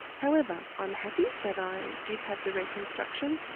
however, i'm happy that i did have the reconstruction.